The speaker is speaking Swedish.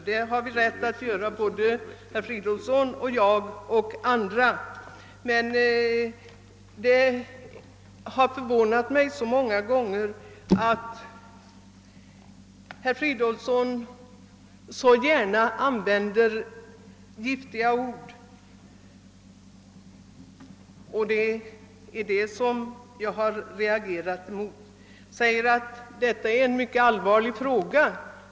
Det har vi rätt att göra både herr Fridolfsson och jag och andra, men det har många gånger förvånat mig att herr Fridolfsson så gärna använder giftiga ord, och det är det som jag har reagerat mot. Han säger att detta är en mycket allvarlig fråga.